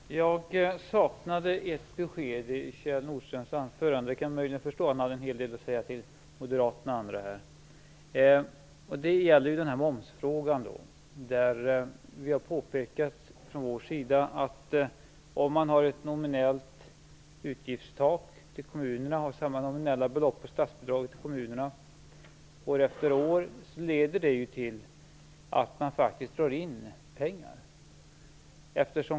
Fru talman! Jag saknade ett besked i Kjell Nordströms anförande. Jag kan möjligtvis förstå att han hade en hel del att säga till moderaterna och andra här. Det gäller momsfrågan, där vi har påpekat att om man har ett nominellt belopp och ett utgiftstak när det gäller statsbidragen till kommunerna år efter år leder detta till att man faktiskt får in pengar.